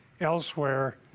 elsewhere